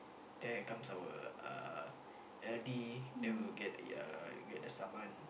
there comes our uh L_D then we will get the uh we get the saman